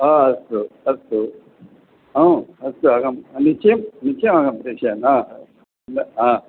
अस्तु अस्तु अस्तु अहं निश्चयं निश्चयम् अहं प्रेषयामि